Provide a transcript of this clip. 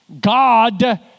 God